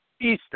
Eastern